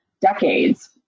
decades